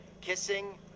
kissing